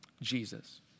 Jesus